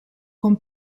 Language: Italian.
con